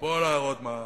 פה להראות מה קורה,